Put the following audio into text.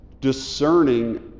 discerning